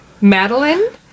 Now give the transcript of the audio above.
Madeline